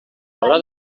haurà